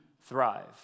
thrive